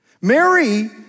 Mary